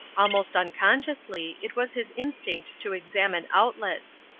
almost unconsciously it was his instinct to examine outlets,